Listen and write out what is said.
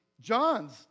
John's